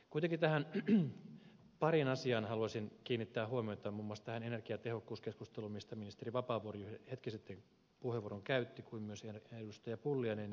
kuitenkin pariin asiaan haluaisin kiinnittää huomiota muun muassa tähän energiatehokkuuskeskusteluun mistä ministeri vapaavuori hetki sitten puheenvuoron käytti kuten myös ed